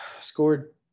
scored